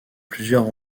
plusieurs